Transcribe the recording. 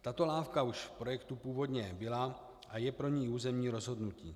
Tato lávka už v projektu původně byla a je pro ni územní rozhodnutí.